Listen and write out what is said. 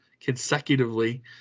consecutively